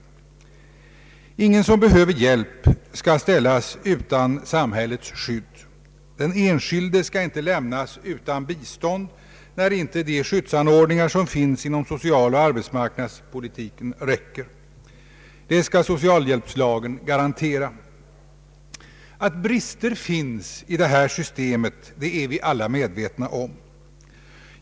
Ingen som behöver hjälp skall ställas utan samhällets skydd. Den enskilde skall inte lämnas utan bistånd när inte de skyddsanordningar som finns inom socialoch arbetsmarknadspolitiken räcker. Det skall socialhjälpslagen garantera. Att brister finns i detta system är vi alla medvetna om.